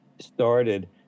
started